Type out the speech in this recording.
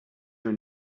your